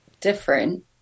different